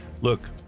look